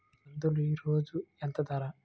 కందులు ఈరోజు ఎంత ధర?